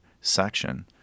section